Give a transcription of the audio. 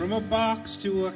from a box to